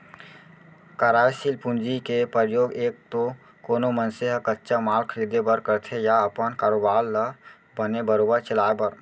कारयसील पूंजी के परयोग एक तो कोनो मनसे ह कच्चा माल खरीदें बर करथे या अपन कारोबार ल बने बरोबर चलाय बर